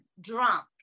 drunk